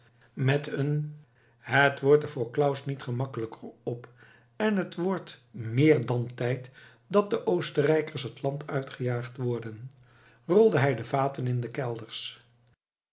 met een het wordt er voor claus niet gemakkelijker op en het wordt meer dan tijd dat de oostenrijkers het land uitgejaagd worden rolde hij de vaten in de kelders